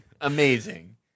amazing